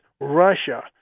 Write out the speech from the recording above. Russia